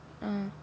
uh